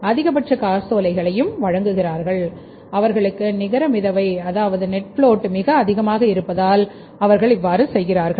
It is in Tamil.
அதிகபட்ச காசோலைகளை வழங்குகிறார்கள் அவர்களுடைய நிகர மிதவை அதாவது நெட்ஃப்லோட் மிக அதிகமாக இருப்பதால் அவர்கள் இவ்வாறு செய்கிறார்கள்